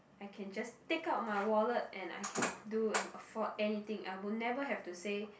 I can just take out my wallet and I can do and afford anything I would never have to say